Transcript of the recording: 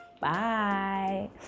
Bye